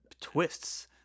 twists